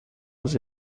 was